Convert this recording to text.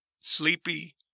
sleepy